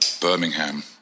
Birmingham